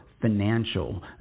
Financial